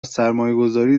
سرمایهگذاری